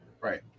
right